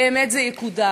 באמת זה יקודם.